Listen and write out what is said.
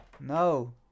No